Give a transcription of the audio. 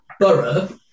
Borough